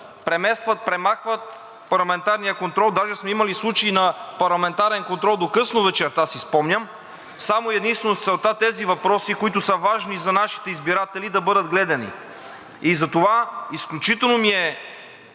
преместват, премахват парламентарния контрол. Даже сме имали случаи на парламентарен контрол до късно вечерта, си спомням, само и единствено с целта тези въпроси, които са важни за нашите избиратели, да бъдат гледани. Затова ми е изключително